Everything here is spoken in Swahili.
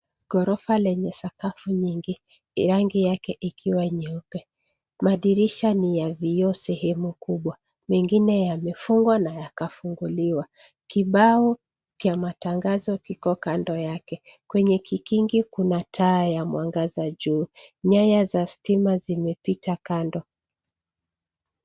Ghorofa lenye sakafu nyingi rangi yake ikiwa nyeupe. Madirisha ni ya vioo sehemu kubwa. Mengine yamefungwa na yakafunguliwa. Kibao kia matangazo kiko kando yake. Kwenye kikingi kuna taa ya mwangaza juu. Nyaya za stima zimepita kando.